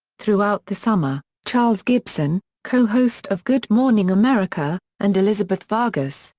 throughout the summer, charles gibson, co-host of good morning america, and elizabeth vargas,